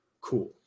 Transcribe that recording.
Cool